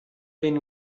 been